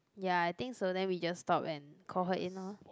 ya I think so then we just stop and call her in lor